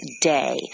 Day